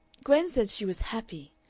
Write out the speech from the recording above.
gwen said she was happy.